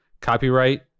Copyright